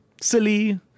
silly